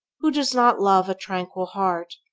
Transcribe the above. who does not love a tranquil heart,